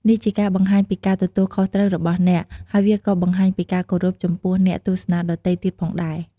នេះជាការបង្ហាញពីការទទួលខុសត្រូវរបស់អ្នក ហើយវាក៏បង្ហាញពីការគោរពចំពោះអ្នកទស្សនាដទៃទៀតផងដែរ។